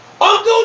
Uncle